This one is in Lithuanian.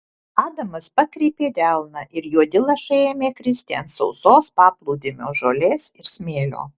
adamas pakreipė delną ir juodi lašai ėmė kristi ant sausos paplūdimio žolės ir smėlio